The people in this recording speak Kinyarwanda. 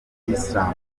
islamu